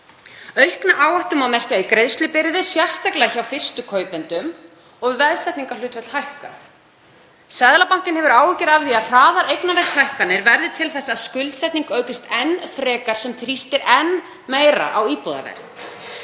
Aukna áhættu má merkja í greiðslubyrði, sérstaklega hjá fyrstu kaupendum og veðsetningarhlutföll hafa hækkað. Seðlabankinn hefur áhyggjur af því að hraðar eignaverðshækkanir verði til þess að skuldsetning aukist enn frekar sem þrýstir enn meira á íbúðaverð.